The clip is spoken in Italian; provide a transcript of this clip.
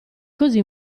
così